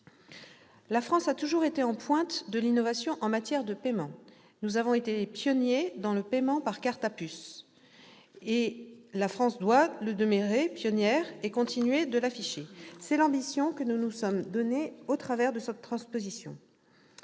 La France a toujours été à la pointe de l'innovation en matière de paiements- nous avons ainsi été pionniers dans le paiement par carte à puce. Elle doit le demeurer, et continuer de l'afficher. C'est l'ambition que nous nous sommes donnée au travers de cette transposition.